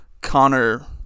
Connor